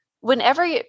whenever